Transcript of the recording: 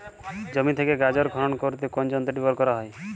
জমি থেকে গাজর খনন করতে কোন যন্ত্রটি ব্যবহার করা হয়?